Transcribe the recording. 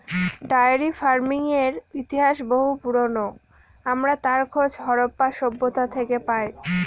diary ফার্মিংয়ের ইতিহাস বহু পুরোনো, আমরা তার খোঁজ হরপ্পা সভ্যতা থেকে পাই